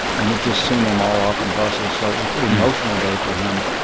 and he'd just seen them all off on buses, so it was a pretty emotional day for him.